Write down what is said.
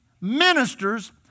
ministers